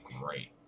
great